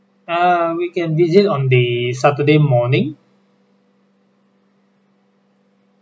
err we can visit on the saturday morning